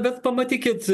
bet pamatykit